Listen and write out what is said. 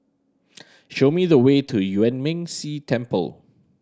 show me the way to Yuan Ming Si Temple